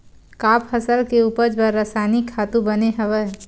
का फसल के उपज बर रासायनिक खातु बने हवय?